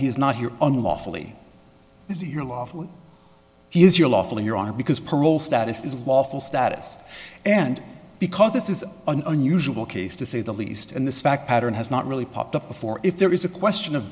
here lawfully he is your lawfully your arm because parole status is lawful status and because this is an unusual case to say the least and this fact pattern has not really popped up before if there is a question of